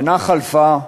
שנה חלפה,